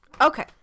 okay